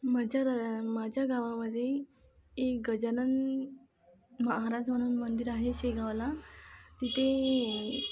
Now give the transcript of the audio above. माझ्या रा माझ्या गावामध्ये एक गजानन महाराज म्हणून मंदिर आहे शेगावला तिथे